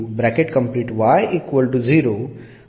अशा स्वरूपात येईल